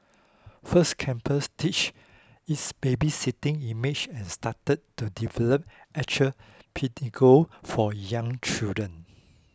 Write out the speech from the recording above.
First Campus ditched its babysitting image and started to develop actual pedagogue for young children